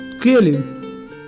clearly